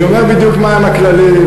אני אומר בדיוק מהם הכללים.